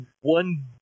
one